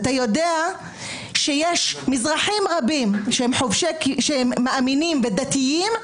אתה יודע שיש מזרחים רבים שהם מאמינים ודתיים,